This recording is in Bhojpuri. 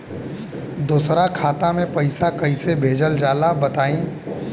दोसरा खाता में पईसा कइसे भेजल जाला बताई?